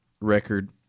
record